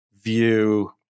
View